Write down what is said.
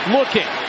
Looking